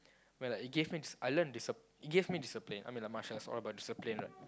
where it like it gave me dis~ I learn discip~ it gave me discipline I mean like martial arts is all about discipline right